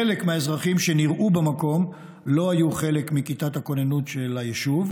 חלק מהאזרחים שנראו במקום לא היו חלק מכיתת הכוננות של היישוב,